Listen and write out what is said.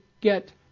get